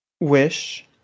wish